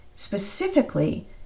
Specifically